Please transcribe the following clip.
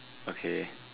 okay